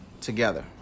together